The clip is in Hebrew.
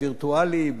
הווירטואלי,